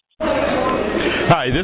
Hi